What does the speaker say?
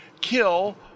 kill